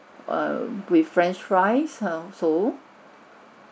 err with french fries and so